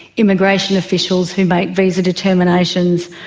immigration officials who make visa determinations,